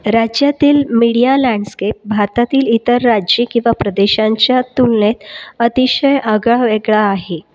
राज्यातील media landscape भारतातील इतर राज्ये किंवा प्रदेशांच्या तुलनेत अतिशय आगळावेगळा आहे